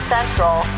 Central